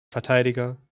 verteidiger